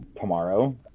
tomorrow